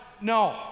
no